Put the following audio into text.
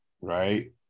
right